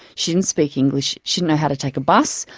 she didn't speak english, she didn't know how to take a bus,